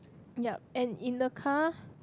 ya and in the car